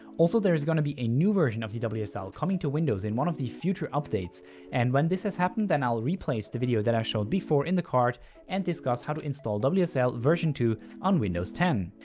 also, there is gonna be a new version of the wsl coming to windows in one of the future updates and when this has happened then i'll replace the video that i showed before in the card and discuss how to install wsl version two on windows ten.